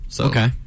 Okay